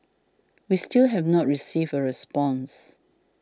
we still have not received a response